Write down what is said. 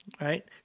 right